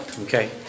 Okay